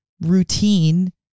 routine